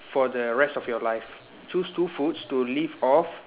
for the rest of your life choose two foods to live off